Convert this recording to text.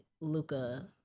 Luca